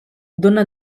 dóna